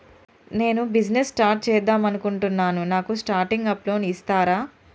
నేను business start చేద్దామనుకుంటున్నాను నాకు స్టార్టింగ్ అప్ లోన్ ఇస్తారా?